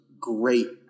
great